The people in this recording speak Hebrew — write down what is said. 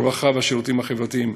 הרווחה והשירותים החברתיים.